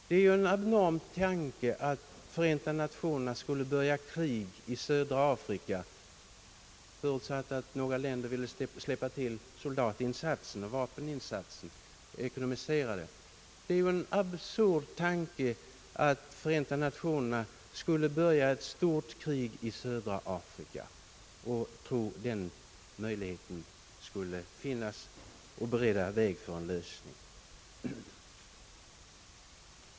Det är en absurd tanke att FN skulle börja ett stort krig i södra Afrika eller tro att detta kunde bereda vägen till en lösning — ens om man kunde finna länder som ville släppa till vapen och soldater och finansiera ett sådant krig.